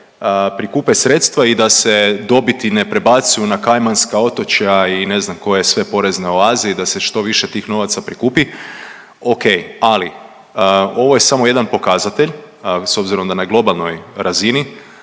prikupe sredstva i da se dobiti ne prebacuju na Kajmanska otočja i ne znam koje sve porezne oaze i da se što više tih novaca prikupi, okej. Ali, ovo je samo jedan pokazatelj, s obzirom da na globalnoj razini,